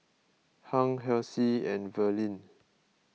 Hung Halsey and Verlyn